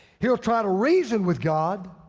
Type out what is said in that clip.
he'll try to reason with god,